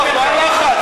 מה הבעיה?